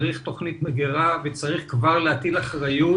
צריך תכנית מגירה וצריך כבר להטיל אחריות